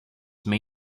may